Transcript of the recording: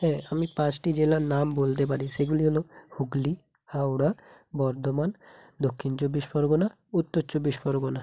হ্যাঁ আমি পাঁচটি জেলার নাম বলতে পারি সেগুলি হলো হুগলি হাওড়া বর্ধমান দক্ষিণ চব্বিশ পরগনা উত্তর চব্বিশ পরগনা